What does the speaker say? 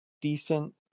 decent